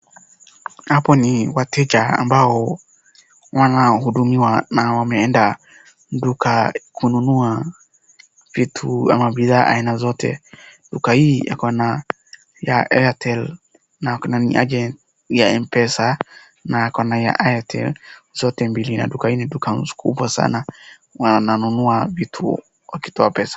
Hapo ni wateja ambao wanahudumiwa na wameenda duka kununua vitu ama bidhaa aina zote. Duka hii iko na pia airtel na kuna agent wa mpesa na ako na airtel zote mbili ,na duka hii ni kubwa sana, wananunua vitu wakitoa pesa.